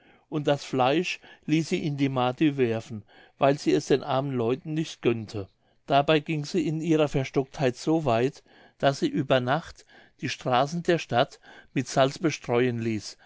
und das fleisch ließ sie in die madüe werfen weil sie es den armen leuten nicht gönnte dabei ging sie in ihrer verstocktheit so weit daß sie über nacht die straßen der stadt mit salz bestreuen ließ